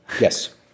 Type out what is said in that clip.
yes